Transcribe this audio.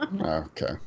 Okay